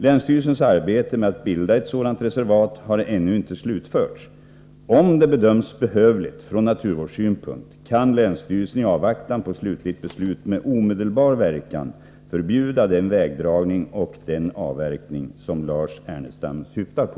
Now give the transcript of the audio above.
Länsstyrelsens arbete med att bilda ett sådant reservat har ännu inte slutförts. Om det bedöms behövligt från naturvårdssynpunkt, kan länsstyrelsen i avvaktan på slutligt beslut med omedelbar verkan förbjuda den vägdragning och den avverkning som Lars Ernestam syftar på.